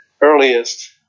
earliest